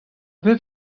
bep